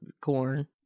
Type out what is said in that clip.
corn